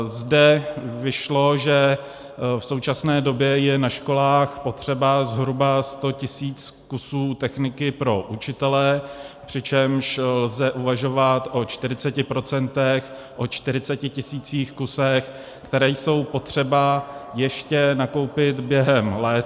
Zde vyšlo, že v současné době je na školách potřeba zhruba 100 tisíc kusů techniky pro učitele, přičemž lze uvažovat o 40 procentech, o 40 tisících kusech, které je potřeba ještě nakoupit během léta.